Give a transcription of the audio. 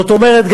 זאת אומרת,